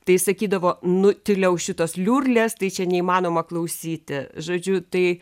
tai sakydavo nu tyliau šitos liurlės tai čia neįmanoma klausyti žodžiu tai